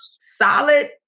solid